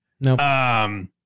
No